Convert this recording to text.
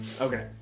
Okay